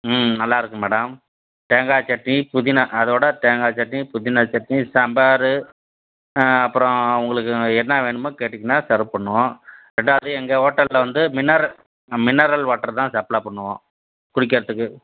ம் நல்லாயிருக்கும் மேடம் தேங்காய் சட்னி புதினா அதோட தேங்காய் சட்னி புதினாச் சட்னி சாம்பாரு அப்புறம் உங்களுக்கு என்ன வேணுமோ கேட்டிங்கன்னால் செர்வ் பண்ணுவோம் ரெண்டாவது எங்கள் ஹோட்டலில் வந்து மினரல் மினரல் வாட்ரு தான் சப்லே பண்ணுவோம் குடிக்கிறதுக்கு